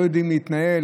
לא יודעים להתנהל,